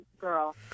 girl